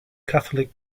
catholic